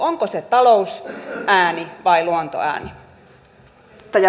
onko se talousääni vai luontoääni